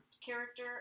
character